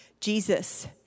Jesus